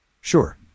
Sure